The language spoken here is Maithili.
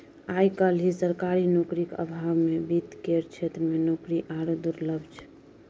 आय काल्हि सरकारी नौकरीक अभावमे वित्त केर क्षेत्रमे नौकरी आरो दुर्लभ छै